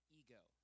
ego